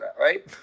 right